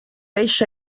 eixa